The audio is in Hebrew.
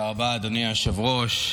תודה רבה, אדוני היושב-ראש.